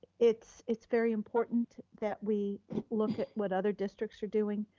it's it's very important that we look at what other districts are doing,